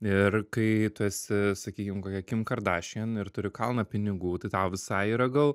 ir kai tu esi sakykim kokia kim kardašian ir turi kalną pinigų tai tau visai yra gal